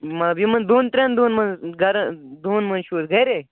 مطلب یِمَن دۄن ترٛٮ۪ن دۄہَن منٛز گَر دۄہَن منٛز چھُو حظ گَرے